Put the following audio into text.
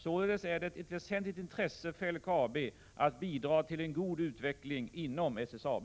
Således är det ett väsentligt intresse för LKAB att bidra till en god utveckling inom SSAB.